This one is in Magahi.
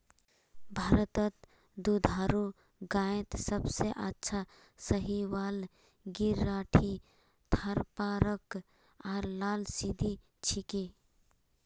भारतत दुधारू गायत सबसे अच्छा साहीवाल गिर राठी थारपारकर आर लाल सिंधी छिके